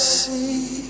see